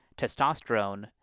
testosterone